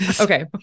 Okay